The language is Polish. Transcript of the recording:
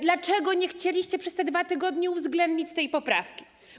Dlaczego nie chcieliście przez te 2 tygodnie uwzględnić tej poprawki?